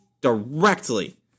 directly